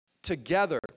Together